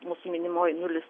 mūsų minimoj nulis